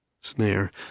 Snare